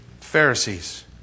Pharisees